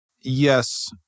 Yes